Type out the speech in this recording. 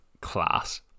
class